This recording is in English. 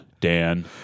Dan